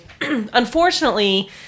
unfortunately